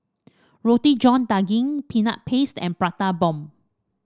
Roti John Daging Peanut Paste and Prata Bomb